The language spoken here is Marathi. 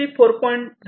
इंडस्ट्री 4